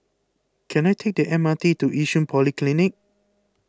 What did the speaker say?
can I take the M R T to Yishun Polyclinic